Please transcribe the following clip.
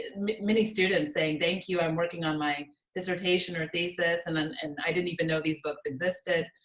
and many students saying thank you, i'm working on my dissertation or thesis and and and i didn't even know these books existed.